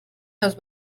los